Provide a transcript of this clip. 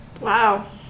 Wow